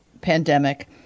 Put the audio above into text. pandemic